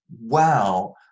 wow